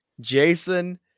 Jason